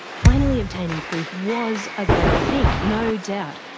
finally obtaining proof was a great thing, no doubt.